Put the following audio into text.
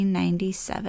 1997